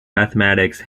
mathematics